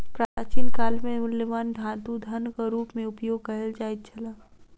प्राचीन काल में मूल्यवान धातु धनक रूप में उपयोग कयल जाइत छल